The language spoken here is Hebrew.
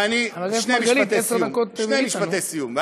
שני משפטי סיום.